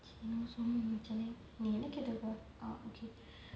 நீ என்னமோ சொன்னியே:nee ennamo sonniyae chennai நீ என்ன கேட்ட இப்போ:nee enna keta ippo ah okay